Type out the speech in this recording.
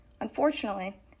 Unfortunately